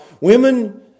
women